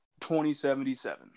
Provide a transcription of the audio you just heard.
2077